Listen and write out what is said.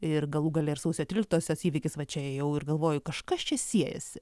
ir galų gale ir sausio tryliktosios įvykis va čia ėjau ir galvoju kažkas čia siejasi